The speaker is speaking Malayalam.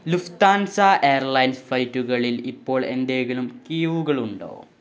ലുഫ്താൻസ എയർലൈൻസ് ഫ്ലൈറ്റുകളിൽ ഇപ്പോൾ എന്തെങ്കിലും കിഴിവുകൾ ഉണ്ടോ